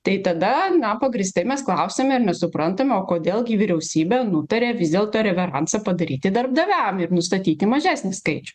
tai tada na pagrįstai mes klausiame ir nesuprantame o kodėl gi vyriausybė nutarė vis dėlto reveransą padaryti darbdaviam ir nustatyti mažesnį skaičių